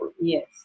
Yes